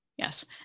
Yes